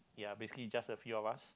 ya basically just a few of us